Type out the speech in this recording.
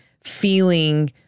feeling